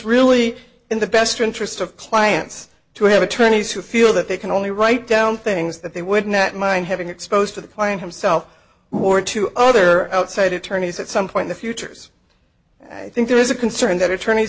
really in the best interest of clients to have attorneys who feel that they can only write down things that they would not mind having exposed to the client himself or to other outside attorneys at some point the futures i think there is a concern that attorneys